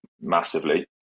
massively